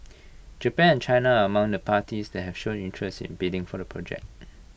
Japan and China are among the parties that have shown interest in bidding for the project